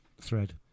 thread